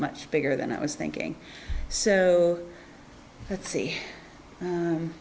much bigger than i was thinking so let's see